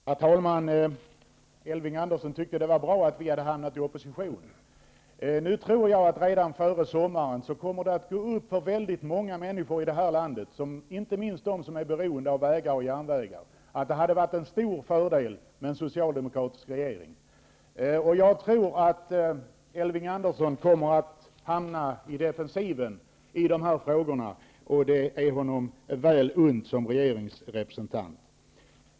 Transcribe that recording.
Herr talman! Elving Andersson tycker att det är bra att vi har hamnat i opposition. Nu tror jag att det redan före sommaren kommer att gå upp för väldigt många människor här i landet, inte minst för dem som är beroende av vägar och järnvägar, att det hade varit en stor fördel med en socialdemokratisk regering. Jag tror att Elving Andersson kommer att hamna på defensiven i de här frågorna, och det är honom väl unt som regeringens representant.